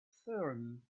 thummim